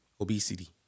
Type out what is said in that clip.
Obesity